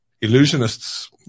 illusionist's